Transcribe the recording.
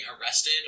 arrested